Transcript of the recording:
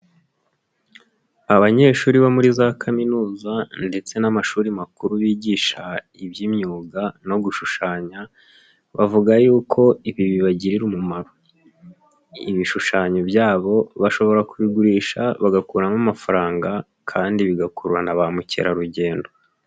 Abanyeshuri bo muri za kaminuza ndetse n'amashuri makuru bigisha iby'imyuga no gushushanya, bavuga yuko ibi bibagirira umumaro. Ibishushanyo byabo bashobora kubigurisha bagakuramo amafaranga, kandi bigakurura na ba mukerarugendo.